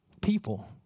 people